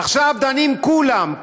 עכשיו דנים כולם,